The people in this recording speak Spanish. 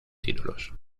títulos